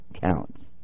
counts